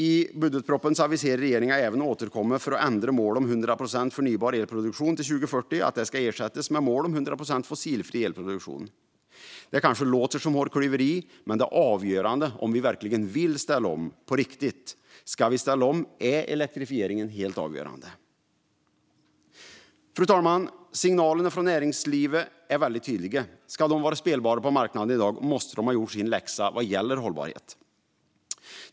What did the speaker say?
I budgetpropositionen aviserar regeringen även att man ska återkomma om att ändra så att målet om 100 procent förnybar elproduktion till 2040 ersätts med mål om 100 procent fossilfri elproduktion. Det kanske låter som hårklyverier, men det är avgörande om vi verkligen vill ställa om på riktigt. Ska vi kunna ställa om är elektrifieringen helt avgörande. Fru talman! Signalerna från näringslivet är mycket tydliga. Ska man vara spelbar på marknaden i dag måste man ha gjort sin läxa vad gäller hållbarhet.